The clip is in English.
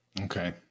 Okay